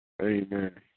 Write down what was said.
Amen